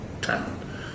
town